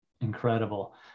Incredible